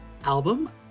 album